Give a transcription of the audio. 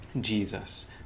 Jesus